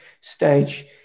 stage